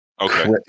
Okay